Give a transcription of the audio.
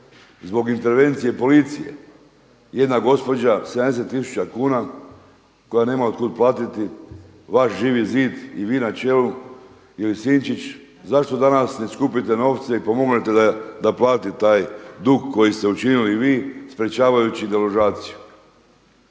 zbog intervencije policije. Jedna gospođa 70000 kuna koja nema od kud platiti vaš Živi zid i vi na čelu ili Sinčić zašto danas ne skupite novce i pomognete da plati taj dug koji ste učinili vi sprječavajući deložaciju.